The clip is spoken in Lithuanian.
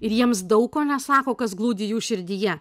ir jiems daug ko nesako kas glūdi jų širdyje